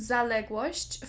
Zaległość